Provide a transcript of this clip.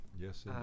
Yes